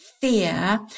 fear